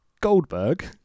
Goldberg